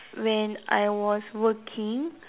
when I was working